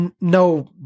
No